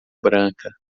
branca